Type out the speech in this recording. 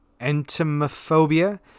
entomophobia